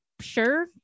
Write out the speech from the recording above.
sure